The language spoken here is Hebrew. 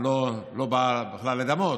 אני לא בא בכלל לדמות,